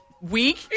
week